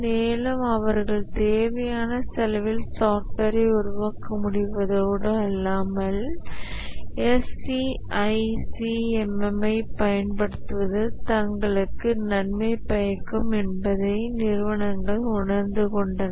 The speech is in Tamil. மேலும் அவர்கள் தேவையான செலவில் சாஃப்ட்வேரை உருவாக்க முடிவதோடு அல்லாமல் SEI CMM ஐப் பயன்படுத்துவது தங்களுக்கு நன்மை பயக்கும் என்பதை நிறுவனங்கள் உணர்ந்து கொண்டன